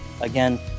Again